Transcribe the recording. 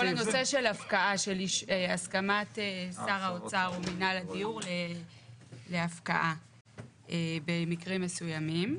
כל הנושא של הסכמת שר האוצר או מינהל הדיור להפקעה במקרים מסוימים.